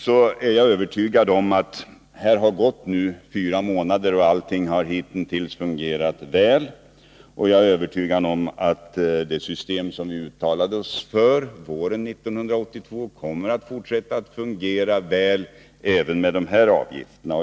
Här har nu gått fyra månader, och allting har hittills fungerat väl, och jag är övertygad om att det system som vi uttalade oss för våren 1982 kommer att fortsätta att fungera väl även med de här avgifterna.